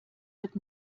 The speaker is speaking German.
wird